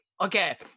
okay